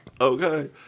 Okay